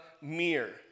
mirror